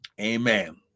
Amen